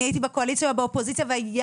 אני הייתי בקואליציה או באופוזיציה והיה